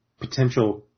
potential